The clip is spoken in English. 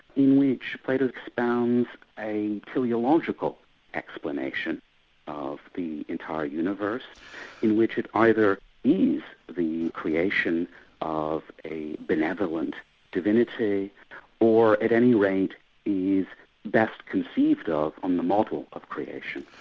in which plato expounds a theleological explanation of the entire universe in which it either is the creation of a benevolent divinity or at any rate is best conceived ah of on the model of creation.